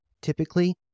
Typically